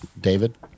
David